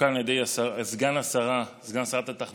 תוקן על ידי סגן שרת התחבורה